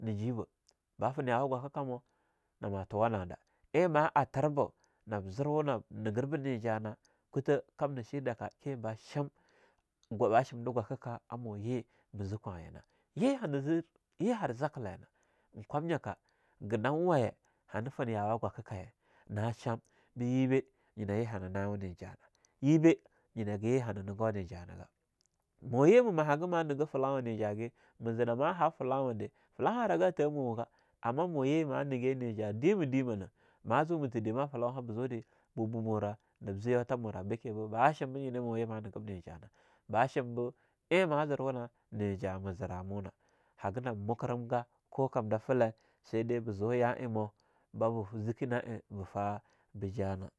Ni jibah ba fin yawa gwaka kamo nama tuwa nada, ein ma atirba nab zirwa nam nigib ni ja'a na kuta kamna shi daka kii ba shim gwa bah shimde gwaka a mu ye maze kwayina. Ye hana zir, Ye har zakile nah eing kwamuyaka genawaye, hana fen yawa gwakakaye na sham beyibe nyinah ye hana nawa nija'a yebe nyinagah ye hana nigo nija'a nigah. Mo ye ma mahhaga ma nige gah felawa, ni ja'a geh, ma ze nama hab felawade, fellawa aragah a tah muwa gah. Amma maye ma negim nija'a dimah - dimah na ma zu ma tedah ma fellauha ba zue de bah bumorah, nab zee yautha morah, be ke boo ba shimbe nyena moye ma negib neja'a nah, ba shim bo eing mah zirwa nah nija'a ma zirah muna. Haga nab mokurimgah, ko kam dah feli sai dai ba zu yah eing mo, babu zeki na eing bah fa ja-nah.